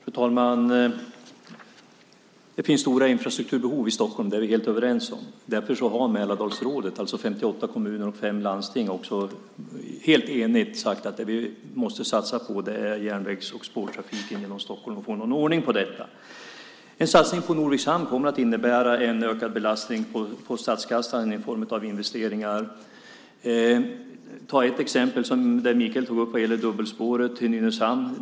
Fru talman! Det finns stora infrastrukturbehov i Stockholm. Det är vi helt överens om. Därför har Mälardalsrådet, alltså 58 kommuner och 5 landsting, helt enigt sagt att det vi måste satsa på är järnvägs och spårtrafiken genom Stockholm och få någon ordning på det. En satsning på Norviks hamn kommer att innebära en ökad belastning på statskassan i form av investeringar. Ett exempel tog Mikael upp. Det gäller dubbelspåret till Nynäshamn.